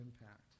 impact